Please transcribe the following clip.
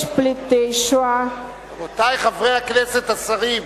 יש פליטי שואה, רבותי חברי הכנסת, השרים,